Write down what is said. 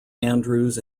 andrews